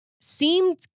seemed